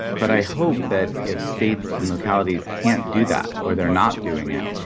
but i hope that if states and localities can't do that or they're not doing it,